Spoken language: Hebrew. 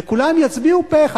וכולם יצביעו פה אחד.